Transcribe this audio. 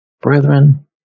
brethren